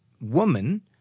woman